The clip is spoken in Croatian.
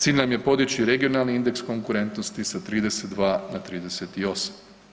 Cilj nam je podići regionalni indeks konkurentnosti sa 32 na 38.